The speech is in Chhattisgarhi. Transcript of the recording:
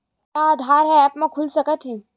का आधार ह ऐप म खुल सकत हे?